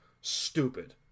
stupid